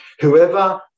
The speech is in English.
whoever